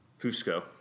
Fusco